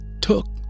took